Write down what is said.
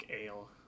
ale